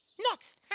next,